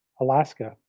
Alaska